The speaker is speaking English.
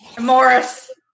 Morris